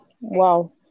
Wow